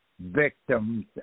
victims